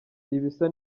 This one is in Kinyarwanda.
ibisa